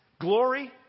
glory